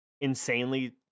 insanely